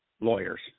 lawyers